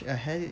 I had it